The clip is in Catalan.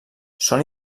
són